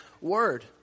word